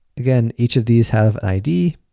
again, each of these have id.